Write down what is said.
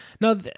now